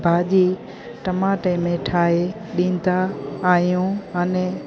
भाॼी टमाटे में ठाहे ॾींदा आहियूं अने